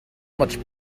much